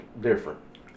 different